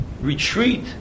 retreat